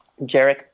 Jarek